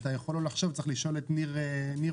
אתה יכול לא לחשוב אבל צריך לשאול את ניר אורבך.